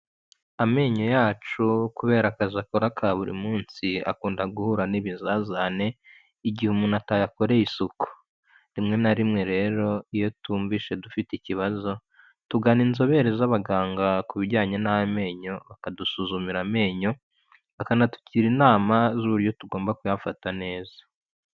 Amenyo yacu kubera akazi akora ka buri munsi akunda guhura n'ibizazane, igihe umuntu atayakoreye isuku rimwe na rimwe rero iyo twumvise dufite ikibazo tugana inzobere z'abaganga ku bijyanye n'amenyo bakadusuzumira amenyo bakanatugira inama z'uburyo tugomba kuyafata neza.